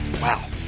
Wow